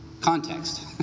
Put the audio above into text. context